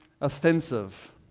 offensive